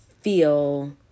feel